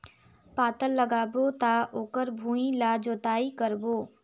पातल लगाबो त ओकर भुईं ला जोतई करबो?